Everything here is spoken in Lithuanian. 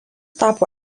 tapo